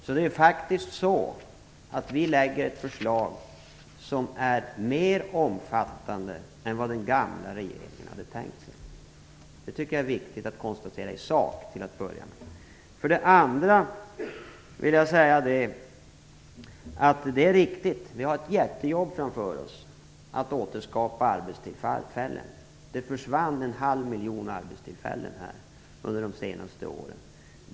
Vi lägger faktiskt fram ett förslag som är mer omfattande än vad den gamla regeringen hade tänkt sig. Det tycker jag är viktigt att konstatera till att börja med. För det andra vill jag säga att det är riktigt att vi har ett jättejobb framför oss när det gäller att återskapa arbetstillfällen. Det försvann en halv miljon arbetstillfällen under de senaste åren.